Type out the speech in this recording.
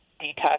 detox